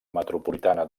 metropolitana